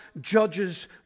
judges